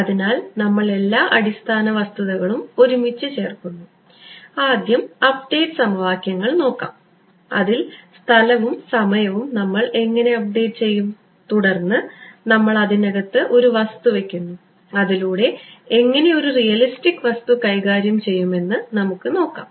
അതിനാൽ നമ്മൾ എല്ലാ അടിസ്ഥാന വസ്തുതകളും ഒരുമിച്ച് ചേർക്കുന്നു ആദ്യം അപ്ഡേറ്റ് സമവാക്യങ്ങൾ നോക്കാം അതിൽ സ്ഥലവും സമയവും നമ്മൾ എങ്ങനെ അപ്ഡേറ്റ് ചെയ്യും തുടർന്ന് നമ്മൾ അതിനകത്ത് ഒരു വസ്തു വെയ്ക്കുന്നു അതിലൂടെ എങ്ങനെ ഒരു റിയലിസ്റ്റിക് വസ്തു കൈകാര്യം ചെയ്യും എന്ന് നമുക്ക് നോക്കാം